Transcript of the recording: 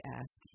ask